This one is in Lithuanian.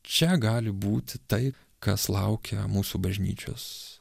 čia gali būti tai kas laukia mūsų bažnyčios